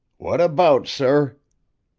what about, sir?